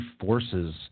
forces